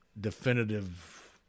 definitive